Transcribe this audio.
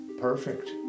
Perfect